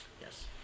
Yes